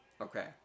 Okay